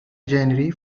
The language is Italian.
generi